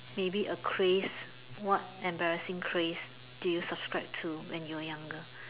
maybe a craze what embarrassing craze did you subscribe to when you were younger